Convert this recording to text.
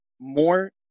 more